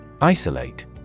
Isolate